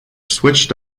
switched